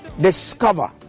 Discover